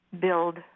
build